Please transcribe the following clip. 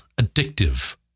addictive